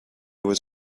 was